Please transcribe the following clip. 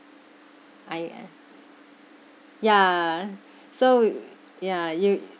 I uh ya so ya you